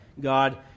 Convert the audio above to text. God